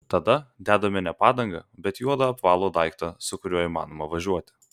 tada dedame ne padangą bet juodą apvalų daiktą su kuriuo įmanoma važiuoti